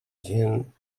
gent